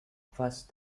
first